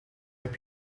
heb